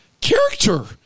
character